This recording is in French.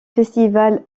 festivals